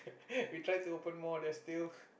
we try to open more there's still